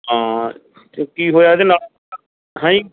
ਹਾਂ ਅਤੇ ਕੀ ਹੋਇਆ ਇਹਦੇ ਨਾਲ ਹੈਂਜੀ